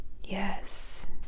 Yes